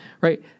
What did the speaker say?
right